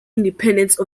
independence